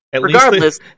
regardless